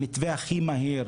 המתווה הכי מהיר,